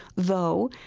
though,